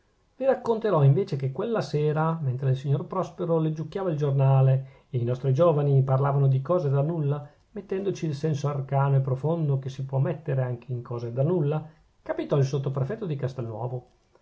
vi racconterò invece che quella sera mentre il signor prospero leggiucchiava il giornale e i nostri giovani parlavano di cose da nulla mettendoci il senso arcano e profondo che si può mettere anche in cose da nulla capitò il sottoprefetto di castelnuovo